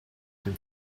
dem